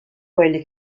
quelli